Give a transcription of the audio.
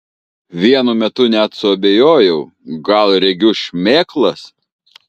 vienu metu net suabejojau gal regiu šmėklas